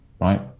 right